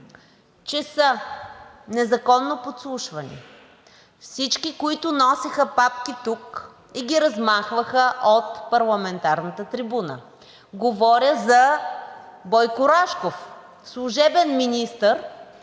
че са незаконно подслушвани, всички, които носеха папки тук и ги размахваха от парламентарната трибуна, говоря за Бойко Рашков – служебен министър